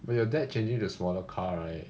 but your dad changing the smaller car right